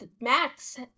Max